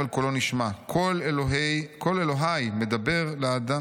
אבל קולו נשמע: 'קול אלוהי מדבר לאדם